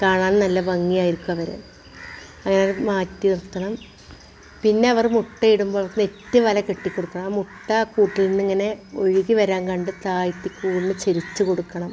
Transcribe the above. കാണാനും നല്ല ഭംഗി ആയിരിക്കും അവരെ വേറെ മാറ്റി നിർത്തണം പിന്നെ അവർ മുട്ട ഇടുമ്പോൾ നെറ്റ് വല കെട്ടി കൊടുക്കണം മുട്ട കൂട്ടിൽ നിന്നിങ്ങനെ ഒഴുകി വരാൻ കണ്ട് താഴത്തേക്ക് ഒന്ന് ചരിച്ച് കൊടുക്കണം